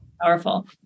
Powerful